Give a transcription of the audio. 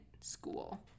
school